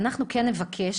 אנחנו כן נבקש,